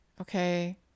Okay